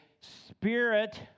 spirit